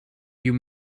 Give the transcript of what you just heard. you